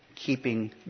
keeping